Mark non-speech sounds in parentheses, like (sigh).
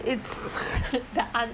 it's (laughs) the un~